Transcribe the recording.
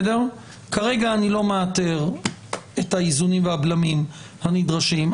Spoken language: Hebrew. כרגע אני לא מאתר את האיזונים והבלמים הנדרשים,